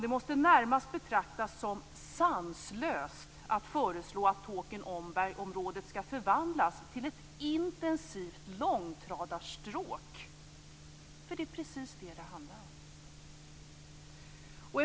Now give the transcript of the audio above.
Det måste närmast betraktas som sanslöst att föreslå att Tåkern/Omberg-området skall förvandlas till ett intensivt långtradarstråk. Det är precis vad det handlar om.